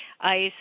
ice